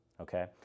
okay